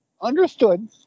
Understood